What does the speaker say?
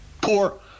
Poor